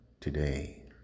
today